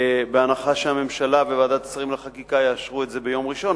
בהנחה שהממשלה וועדת שרים לחקיקה יאשרו את זה ביום ראשון,